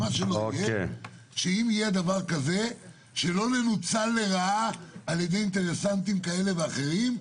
שאם יהיה דבר כזה שלא ינוצל לרעה על-ידי אינטרסנטים כאלה ואחרים.